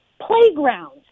playgrounds